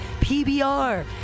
PBR